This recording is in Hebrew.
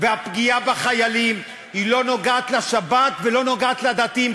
הפגיעה בחיילים לא נוגעת לשבת ולא נוגעת לדתיים,